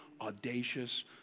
audacious